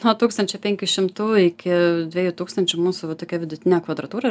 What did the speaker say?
nuo tūkstančio penkių šimtų iki dviejų tūkstančių mūsų va tokia vidutinė kvadratūra